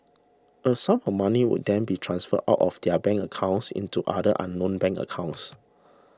a sum of money would then be transferred out of their bank accounts into other unknown bank accounts